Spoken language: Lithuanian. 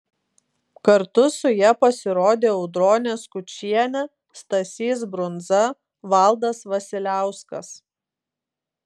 kartu su ja pasirodė audronė skučienė stasys brundza valdas vasiliauskas